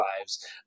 lives